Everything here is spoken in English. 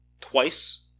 twice